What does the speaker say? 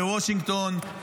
בוושינגטון,